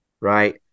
Right